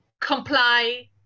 comply